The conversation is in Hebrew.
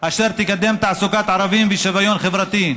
אשר תקדם תעסוקת ערבים ושוויון חברתי,